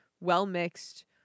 well-mixed